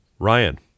Ryan